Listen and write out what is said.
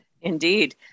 Indeed